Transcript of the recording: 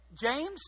James